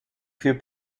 für